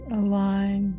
align